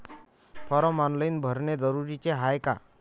Form online भरने जरुरीचे हाय का?